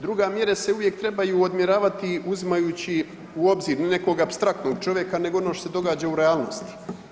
Drugo, mjere se uvijek trebaju odmjeravati uzimajući u obzir ne nekoga apstraktnog čovjeka nego ono što se događa u realnosti.